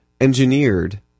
engineered